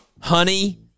Honey